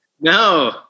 No